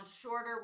shorter